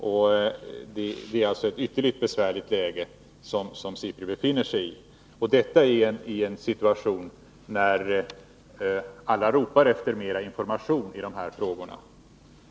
Det är alltså ett ytterligt besvärligt läge som SIPRI befinner sig i — detta i en situation när alla ropar efter mera information i dessa frågor.